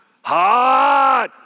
Hot